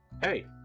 Hey